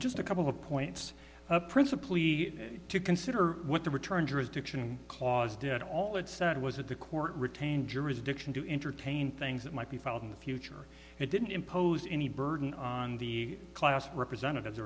just a couple of points up principly to consider what the return address diction clause did all it said was that the court retained jurisdiction to entertain things that might be filed in the future it didn't impose any burden on the class representatives